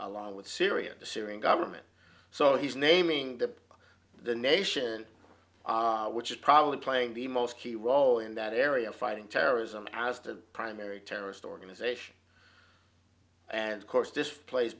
along with syria the syrian government so he's naming the the nation which is probably playing the most key role in that area fighting terrorism as the primary terrorist organization and of course this plays